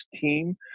team